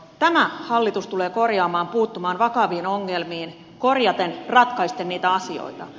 tämä hallitus tulee korjaamaan puuttumaan vakaviin ongelmiin korjaten ratkaisten niitä asioita